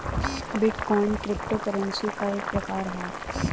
bit coin crypto currency क एक प्रकार हौ